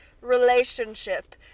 relationship